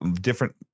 different